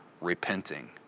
repenting